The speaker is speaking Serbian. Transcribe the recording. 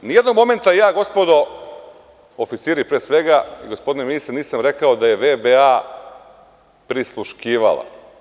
Ni jednog momenta gospodo oficiri, pre svega, gospodine ministre, nisam rekao da je VBA prisluškivala.